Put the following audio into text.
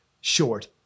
short